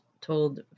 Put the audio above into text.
told